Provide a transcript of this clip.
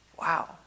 Wow